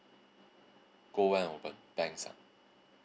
go where and open banks ah